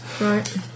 Right